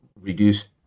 reduce